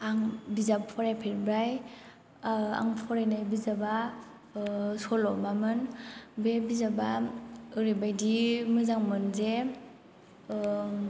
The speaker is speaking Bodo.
आं बिजाब फरायफेरबाय आं फरायनाय बिजाबा सल'मामोन बे बिजाबा ओरैबायदि मोजांमोन जे